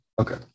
Okay